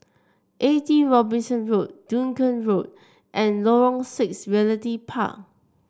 Eighty Robinson Road Dunearn Road and Lorong Six Realty Park